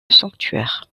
sanctuaire